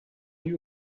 you